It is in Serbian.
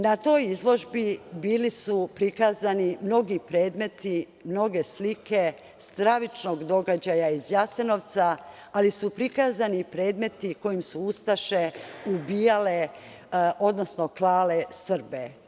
Na toj izložbi bili su prikazani mnogi predmete, mnoge slike stravičnog događaja iz Jasenovca, ali su prikazani predmeti kojim su ustaše ubijale, odnosno klale Srbe.